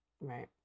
Right